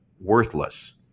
worthless